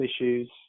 issues